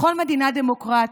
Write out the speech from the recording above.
בכל מדינה דמוקרטית,